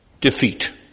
defeat